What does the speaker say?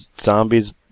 Zombies